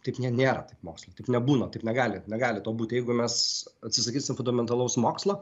taip ne nėra taip moksle taip nebūna taip negali negali būti jeigu mes atsisakysime fundamentalaus mokslo